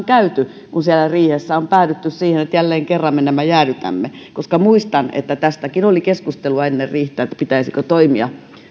käyty kun siellä riihessä on päädytty siihen että jälleen kerran me nämä jäädytämme koska muistan että oli keskustelua ennen riihtä tästäkin pitäisikö toimia